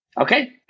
Okay